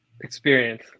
experience